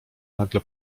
nagle